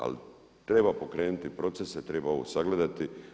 Ali treba pokrenuti procese, treba ovo sagledati.